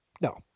No